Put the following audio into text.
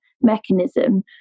mechanism